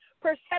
perception